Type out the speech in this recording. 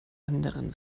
anderen